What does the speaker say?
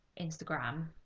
Instagram